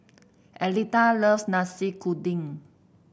Aletha loves Nasi Kuning